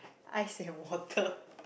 ice and water